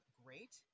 great